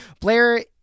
Blair